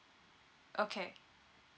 okay